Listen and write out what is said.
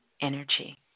energy